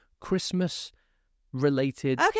Christmas-related